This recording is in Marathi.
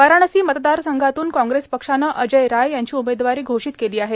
वाराणसी मतदारसंघातून काँग्रेस पक्षानं अजय राय यांची उमेदवारी घोषित केली आहे